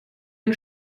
ein